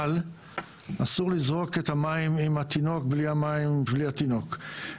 אבל אסור לזרוק את המים עם התינוק בלי המים ובלי התינוק.